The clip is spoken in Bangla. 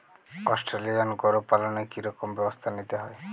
অস্ট্রেলিয়ান গরু পালনে কি রকম ব্যবস্থা নিতে হয়?